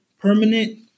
permanent